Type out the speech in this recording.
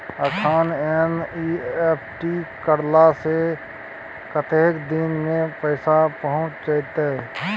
अखन एन.ई.एफ.टी करला से कतेक दिन में पैसा पहुँच जेतै?